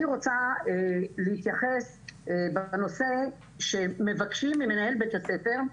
אני רוצה להתייחס לכך שמבקשים ממנהל בית הספר,